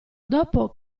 dopo